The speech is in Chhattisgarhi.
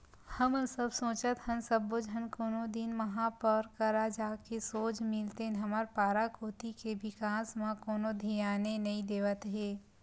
हमन सब सोचत हन सब्बो झन कोनो दिन महापौर करा जाके सोझ मिलतेन हमर पारा कोती के बिकास म कोनो धियाने नइ देवत हे